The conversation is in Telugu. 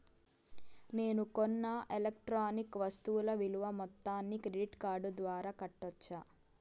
నేను కొన్న ఎలక్ట్రానిక్ వస్తువుల విలువ మొత్తాన్ని క్రెడిట్ కార్డు ద్వారా కట్టొచ్చా?